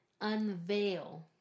unveil